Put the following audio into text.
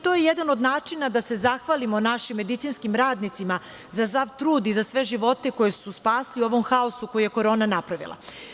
To je jeda od načina da se zahvalimo našim medicinskim radnicima za sav trud i za sve živote koje su spasili u ovom haosu koji je korona napravila.